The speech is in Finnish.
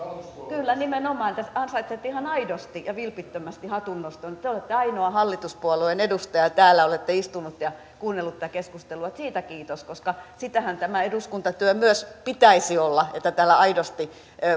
kyllä nimenomaan ansaitsette ihan aidosti ja vilpittömästi hatunnoston te te olette ainoa hallituspuolueen edustaja täällä ja olette istunut ja kuunnellut tätä keskustelua siitä kiitos koska sitähän tämän eduskuntatyön myös pitäisi olla että täällä aidosti